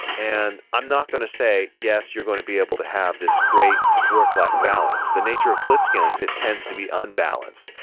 and i'm not going to say, yes, you're going to be able to have this great work-life balance. the nature of blitzscaling is it tends to be unbalanced.